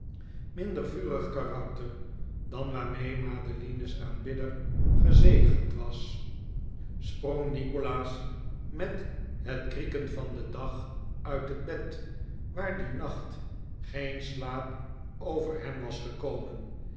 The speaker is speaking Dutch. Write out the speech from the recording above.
minder vurig karakter dan waarmee madeline's aanbidder gezegend was sprong nikolaas met het krieken van den dag uit het bed waar dien nacht geen slaap over hem was gekomen